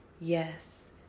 yes